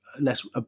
less